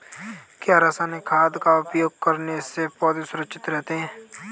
क्या रसायनिक खाद का उपयोग करने से पौधे सुरक्षित रहते हैं?